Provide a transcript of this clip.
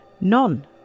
None